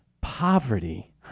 poverty